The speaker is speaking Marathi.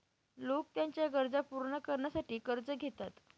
लोक त्यांच्या गरजा पूर्ण करण्यासाठी कर्ज घेतात